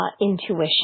Intuition